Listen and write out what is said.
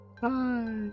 Bye